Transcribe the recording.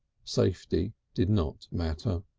safety did not matter.